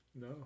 No